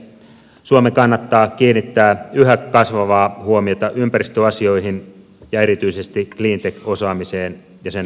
suomen kannattaa kiinnittää yhä kasvavaa huomiota ympäristöasioihin ja erityisesti cleantech osaamiseen ja sen vientiin